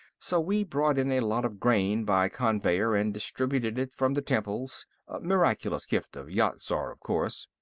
so we brought in a lot of grain by conveyer and distributed it from the temples miraculous gift of yat-zar, of course.